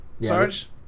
Sarge